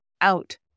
out